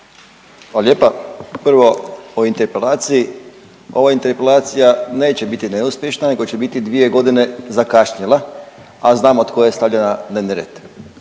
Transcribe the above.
lijepa. Prvo o interpelaciji, ova interpelacija neće biti neuspješna nego će biti 2.g. zakašnjela, a znamo tko je stavlja na dnevni